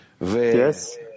Yes